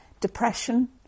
depression